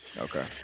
okay